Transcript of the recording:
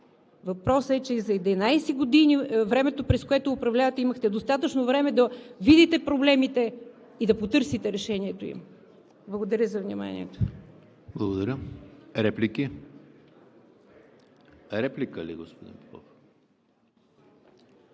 Въпросът е, че за 11 години – времето, през което управлявате, имахте достатъчно време да видите проблемите и да потърсите решението им. Благодаря за вниманието. ПРЕДСЕДАТЕЛ ЕМИЛ ХРИСТОВ: Благодаря. Реплики? Реплика – господин Попов.